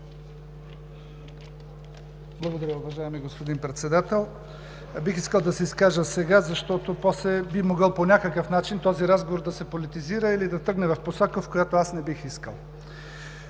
Благодаря, уважаеми господин Председател. Бих искал да се изкажа сега, защото после този разговор би могъл по някакъв начин да се политизира или да тръгне в посока, в която не бих искал.